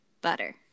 butter